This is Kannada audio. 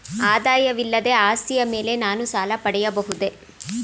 ಆದಾಯವಿಲ್ಲದ ಆಸ್ತಿಯ ಮೇಲೆ ನಾನು ಸಾಲ ಪಡೆಯಬಹುದೇ?